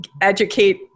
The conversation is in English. educate